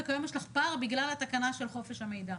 והיום יש לך פער בגלל התקנה של חופש המידע.